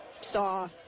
saw